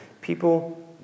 People